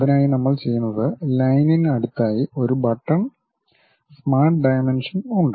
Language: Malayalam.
അതിനായി നമ്മൾ ചെയ്യുന്നത് ലൈനിന് അടുത്തായി ഒരു ബട്ടൺ സ്മാർട്ട് ഡൈമൻഷൻ ഉണ്ട്